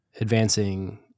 advancing